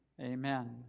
Amen